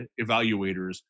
evaluators